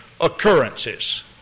occurrences